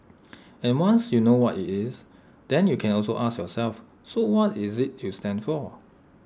and once you know what IT is then you can also ask yourself so what is IT you stand for